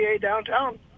downtown